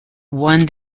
won